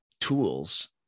tools